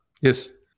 yes